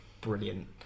brilliant